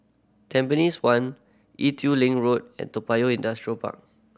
Tampines One Ee Teow Leng Road and Toa Payoh Industrial Park